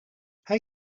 hij